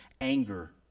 Anger